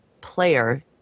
player